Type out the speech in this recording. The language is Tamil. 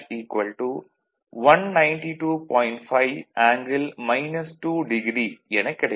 5 ஆங்கிள் 2° எனக் கிடைக்கும்